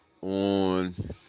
on